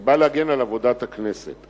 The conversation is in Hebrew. אני בא להגן על עבודת הכנסת.